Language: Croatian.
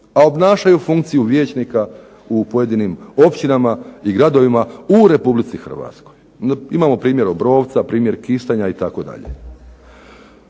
a obnašaju funkciju vijećnika u pojedinim općinama i gradovima u Republici Hrvatskoj. Imamo primjer Obrovca, primjer Kistanja itd. Kažem